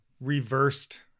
reversed